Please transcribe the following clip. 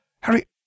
Harry